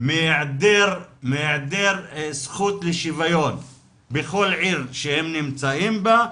מהיעדר זכות לשוויון בכל עיר שהם נמצאים בה.